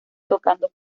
tocando